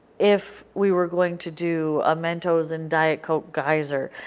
if we were going to do a mentos and diet coke geyser,